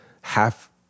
half